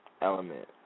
Element